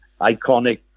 iconic